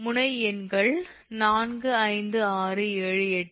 முனை எண்கள் 4 5 6 7 8